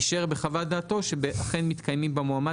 אישר בחוות דעתו שאכן מתקיימים במועמד